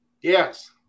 Yes